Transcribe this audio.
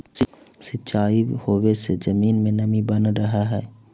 सिंचाई होवे से जमीन में नमी बनल रहऽ हइ